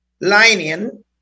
lining